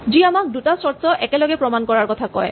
যি আমাক দুটা চৰ্ত একেলগে প্ৰমাণ কৰাৰ কথা কয়